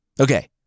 Okay